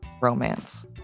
romance